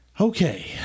Okay